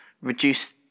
reduce